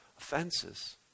offenses